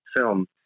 film